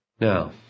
Now